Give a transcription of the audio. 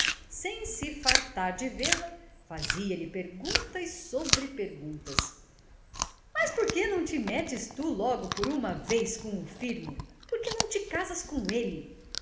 sem se fartar de vê-la fazia-lhe perguntas sobre perguntas mas por que não te metes tu logo por uma vez com o firmo por que não te casas com ele